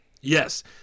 Yes